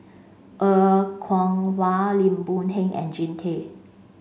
Er Kwong Wah Lim Boon Heng and Jean Tay